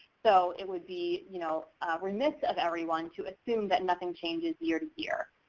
so, it would be you know remiss of everyone to assume that nothing changes year to year.